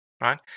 right